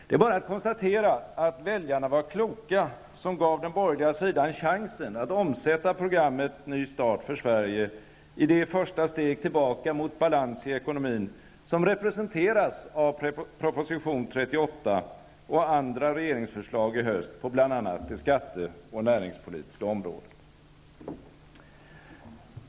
Det är bara att konstatera att väljarna var kloka som gav den borgerliga sidan chansen att omsätta programmet Ny start för Sverige i det första steg tillbaka mot balans i ekonomin som representeras av proposition 38 och andra regeringsförslag i höst på bl.a. det skatteoch näringspolitiska området.